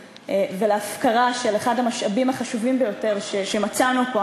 ולהפקרה של אחד המשאבים החשובים ביותר שמצאנו פה,